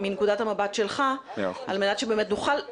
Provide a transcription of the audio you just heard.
מנקודת המבט שלך על מנת שבאמת נוכל --- מאה אחוז.